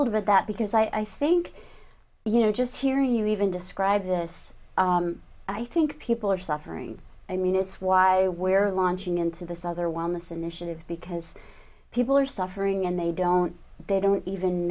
little bit that because i think you know just hearing you even describe this i think people are suffering i mean it's why we're launching into this other one this initiative because people are suffering and they don't they don't even